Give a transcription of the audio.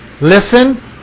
listen